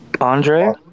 Andre